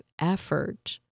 effort